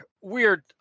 weird